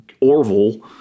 Orville